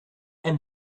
and